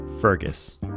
Fergus